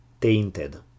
tainted